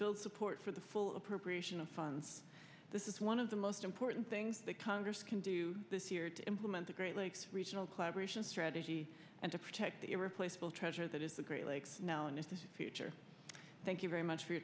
build support for the full appropriation of funds this is one of the most important things that congress can do this year to implement the great lakes regional collaboration strategy and to protect the irreplaceable treasure that is the great lakes now and this is future thank you very much for your